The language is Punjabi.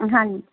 ਹਾਂਜੀ